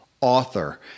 author